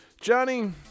Johnny